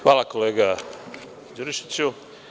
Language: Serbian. Hvala, kolega Đurišiću.